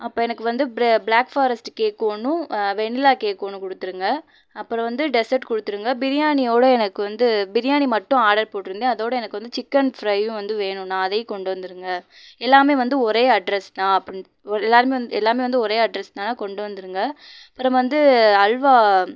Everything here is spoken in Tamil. அப்போ எனக்கு வந்து பே ப்ளாக் ஃபாரஸ்ட் கேக் ஒன்றும் வெண்ணிலா கேக் ஒன்றும் கொடுத்துருங்க அப்புறோம் வந்து டெசட் கொடுத்துருங்க பிரியாணி எவ்வளோ எனக்கு வந்து பிரியாணி மட்டும் ஆர்டர் போட்டிருந்தேன் அதோடு எனக்கு வந்து சிக்கன் ஃப்ரையும் வந்து வேணும்ண்ணா அதையும் கொண்டு வந்துருங்கள் எல்லாமே வந்து ஒரே அட்ரஸ் தான் அப்படினு எல்லாருமே வந் எல்லாமே வந்து ஒரே அட்ரஸ் தான் கொண்டு வந்துருங்கள் அப்புறம் வந்து அல்வா